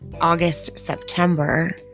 August-September